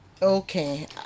Okay